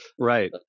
right